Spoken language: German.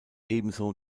ebenso